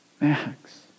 Max